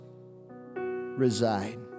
reside